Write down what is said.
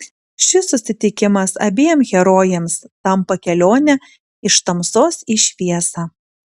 šis susitikimas abiem herojėms tampa kelione iš tamsos į šviesą